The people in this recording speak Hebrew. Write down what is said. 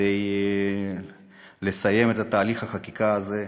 כדי לסיים את תהליך החקיקה הזה.